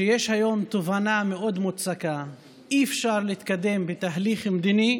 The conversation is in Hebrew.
היא שיש היום תובנה מאוד מוצקה שאי-אפשר להתקדם בתהליך מדיני